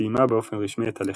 וסיימה באופן רשמי את הלחימה.